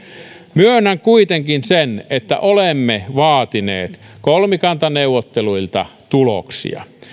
myönnän kuitenkin sen että olemme vaatineet kolmikantaneuvotteluilta tuloksia